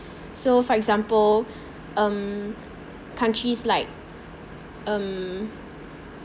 so for example um countries like um